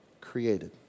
created